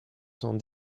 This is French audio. cent